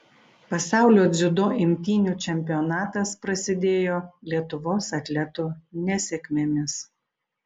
pasaulio dziudo imtynių čempionatas prasidėjo lietuvos atletų nesėkmėmis